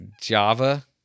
Java